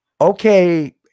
Okay